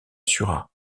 surat